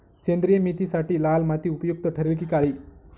सेंद्रिय मेथीसाठी लाल माती उपयुक्त ठरेल कि काळी?